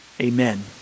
amen